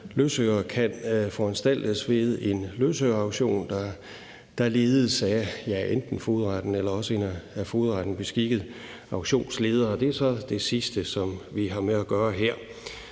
løsøre kan foranstaltes ved en løsøreauktion, der ledes af enten fogedretten eller også af en af fogedretten beskikket auktionsleder. Det er så det sidste, vi har med at gøre her.